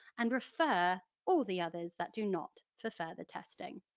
and refer all the others that do not, for further testing.